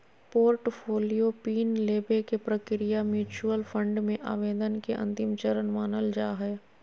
portfolio pin लेबे के प्रक्रिया म्यूच्यूअल फंड मे आवेदन के अंतिम चरण मानल जा हय